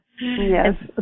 Yes